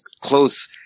close